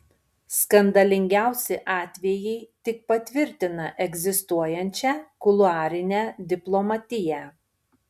skandalingiausi atvejai tik patvirtina egzistuojančią kuluarinę diplomatiją